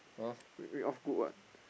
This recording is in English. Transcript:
read read off good [what]